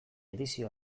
edizio